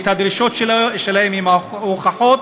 את הדרישות שלהם עם ההוכחות,